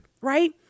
Right